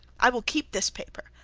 i will keep this paper.